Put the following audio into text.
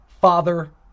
Father